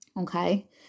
okay